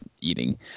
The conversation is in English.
eating